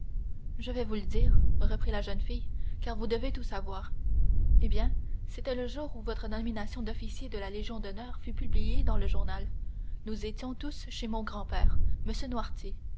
je vais vous le dire reprit la jeune fille car vous devez tout savoir eh bien c'était le jour où votre nomination d'officier de la légion d'honneur fut publiée dans le journal nous étions tous chez mon grand-père